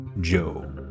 Joe